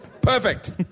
Perfect